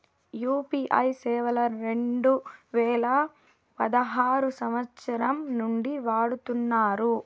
UPI సేవలు రెండు వేల పదహారు సంవచ్చరం నుండి వాడుతున్నారు